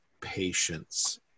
patience